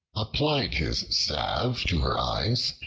applied his salve to her eyes,